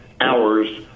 hours